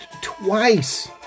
twice